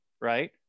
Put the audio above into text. right